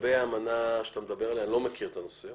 לגבי האמנה שאתה מדבר עליה, אני לא מכיר את הנושא.